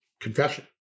confession